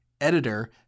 editor